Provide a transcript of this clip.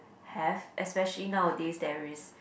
have especially nowadays there is